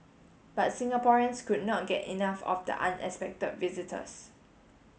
but Singaporeans could not get enough of the unexpected visitors